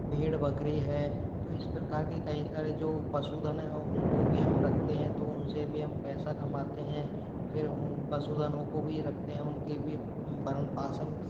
भेड़ बकरी है तो इस प्रकार के कई सारे जो पशुधन है उन को भी हम रखते हैं तो उन से भी हम पैसा कमाते हैं फिर उन पशुधनों को भी रखते हैं उन की भी भरण पाशन